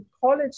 college